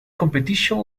competition